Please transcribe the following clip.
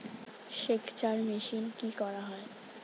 সেকচার মেশিন কি করা হয়?